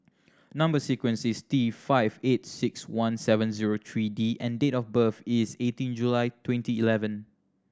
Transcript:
number sequence is T five eight six one seven zero three D and date of birth is eighteen July twenty eleven